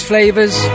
Flavors